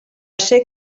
ser